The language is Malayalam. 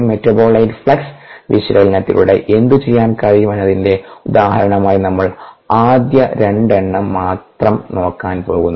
മെറ്റാബോലൈറ്റ് ഫ്ലക്സ് വിശകലനത്തിലൂടെ എന്തുചെയ്യാൻ കഴിയും എന്നതിന്റെ ഉദാഹരണങ്ങളായി നമ്മൾ ആദ്യ രണ്ടെണ്ണം മാത്രം നോക്കാൻ പോകുന്നു